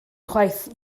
chwaith